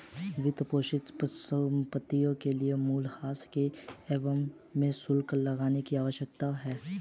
वित्तपोषित संपत्तियों के लिए मूल्यह्रास के एवज में शुल्क लगाने की आवश्यकता है